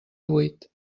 vuit